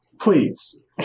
Please